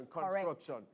construction